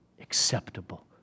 acceptable